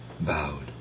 bowed